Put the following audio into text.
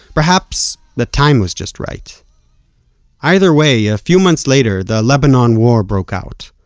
perhaps, the time was just right either way, a few months later, the lebanon war broke out.